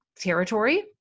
territory